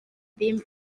ddim